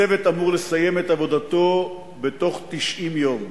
הצוות אמור לסיים את עבודתו בתוך 90 יום.